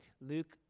Luke